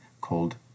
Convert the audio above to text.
called